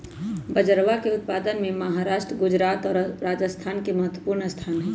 बजरवा के उत्पादन में महाराष्ट्र गुजरात और राजस्थान के महत्वपूर्ण स्थान हई